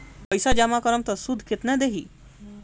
पैसा जमा करम त शुध कितना देही?